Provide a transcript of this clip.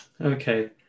Okay